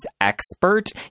expert